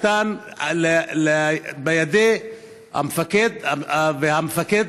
אחריו, חברת הכנסת אורלי לוי אבקסיס.